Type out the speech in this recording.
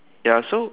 ya so